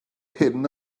hyn